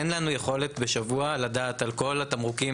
אין לנו יכולת בשבוע לדעת כל התמרוקים